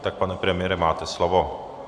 Tak, pane premiére, máte slovo.